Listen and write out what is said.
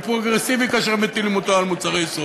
הוא פרוגרסיבי כאשר מטילים אותו על מוצרי יסוד.